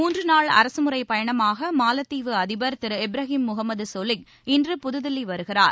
மூன்று நாள் அரசு முறை பயணமாக மாலத்தீவு அதிபர் திரு இப்ராஹிம் முகமது இன்று புதுதில்லி வருகிறார்